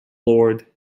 lord